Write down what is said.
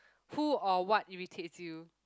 who or what irritates you